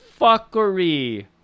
fuckery